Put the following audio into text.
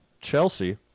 Chelsea